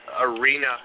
Arena